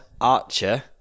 Archer